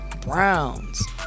Browns